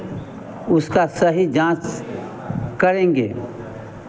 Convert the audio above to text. उसका सही जाँच करेंगे